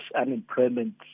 unemployment